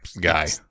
guy